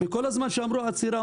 כל הזמן כשדיברו על עצירה,